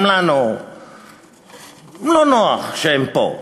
גם לנו לא נוח שהם פה.